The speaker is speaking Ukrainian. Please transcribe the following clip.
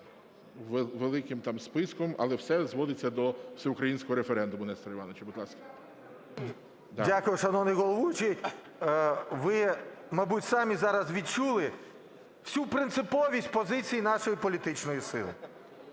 Ви, мабуть, самі зараз відчули всю принциповість позиції нашої політичної сили,